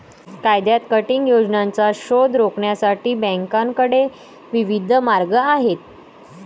कायद्यात किटिंग योजनांचा शोध रोखण्यासाठी बँकांकडे विविध मार्ग आहेत